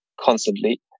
constantly